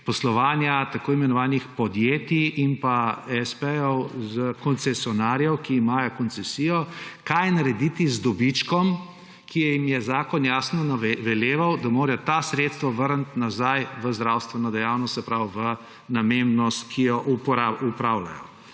poslovanja tako imenovanih podjetij in espejev koncesionarjev, ki imajo koncesijo, kaj narediti z dobičkom, ker jim je zakon jasno veleval, da morajo ta sredstva vrniti nazaj v zdravstveno dejavnost, se pravi v namembnost, ki jo upravljajo.